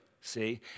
see